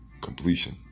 completion